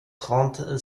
trente